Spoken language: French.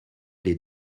les